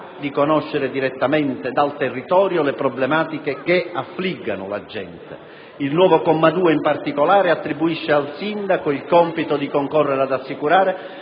di conoscere direttamente dal territorio le problematiche che affliggono la gente. Il nuovo comma 2 dell'articolo 6, in particolare, attribuisce al sindaco il compito di concorrere ad assicurare